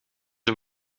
een